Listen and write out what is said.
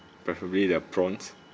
preferably the prawns